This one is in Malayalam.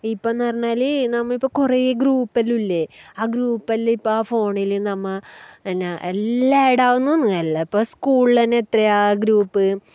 ഇപ്പം എന്നുപറഞ്ഞാൽ നമ്മൾ ഇപ്പം കുറേ ഗ്രൂപ്പ് എല്ലാം ഇല്ലേ ആ ഗ്രൂപ്പ് എല്ലാം ഇപ്പം ആ ഫോണിൽ നമ്മൾ എന്നെ എല്ലാം ആഡ് ആവുന്നു എന്ന് എല്ലാം ഇപ്പം സ്കൂളിൽ തന്നെ എത്രയാണ് ഗ്രൂപ്പ്